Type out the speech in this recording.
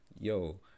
yo